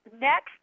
Next